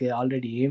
already